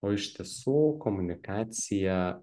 o iš tiesų komunikacija